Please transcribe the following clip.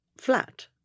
flat